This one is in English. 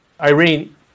Irene